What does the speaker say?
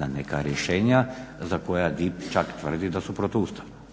na neka rješenja za koja DIP čak tvrdi da su protuustavna.